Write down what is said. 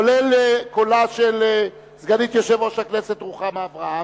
כולל קולה של סגנית יושב-ראש הכנסת רוחמה אברהם,